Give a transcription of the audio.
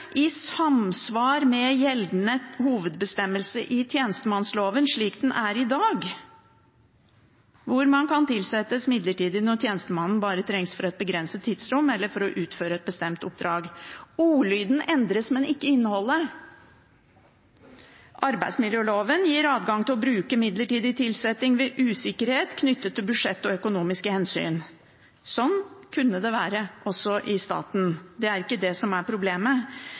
i samsvar med gjeldende hovedbestemmelse i tjenestemannsloven, slik den er i dag, hvor man kan tilsettes midlertidig når tjenestemannen «bare trengs for et begrenset tidsrom eller for å utføre et bestemt oppdrag». Ordlyden endres, men ikke innholdet. Arbeidsmiljøloven gir adgang til å bruke midlertidig tilsetting ved usikkerhet knyttet til budsjett og økonomiske hensyn. Slik kunne det være også i staten. Det er ikke det som er problemet.